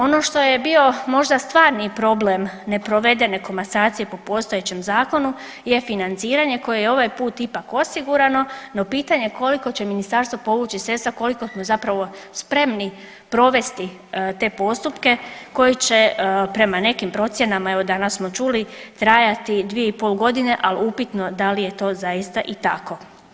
Ono što je bio možda stvarni problem neprovedene komasacije po postojećem zakonu je financiranje koje je ovaj put ipak osigurano, no pitanje je koliko će ministarstvo povući sredstva, koliko smo zapravo spremni provesti te postupke koji će prema nekim procjenama, evo danas smo čuli trajati dvije i pol godine ali upitno da li je to zaista i tako.